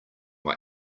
why